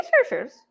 researchers